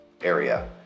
area